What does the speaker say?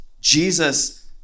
Jesus